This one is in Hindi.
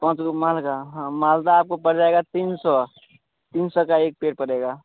पाँच गो मारगा हाँ मालदा आपको पड़ जाएगा तीन सौ तीन सौ का एक पेड़ पड़ेगा